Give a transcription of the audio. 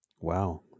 Wow